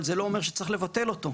אבל זה לא אומר שצריך לבטל אותו.